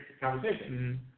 conversation